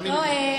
תאמיני לי,